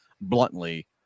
bluntly